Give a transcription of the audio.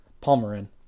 Palmerin